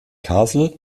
castle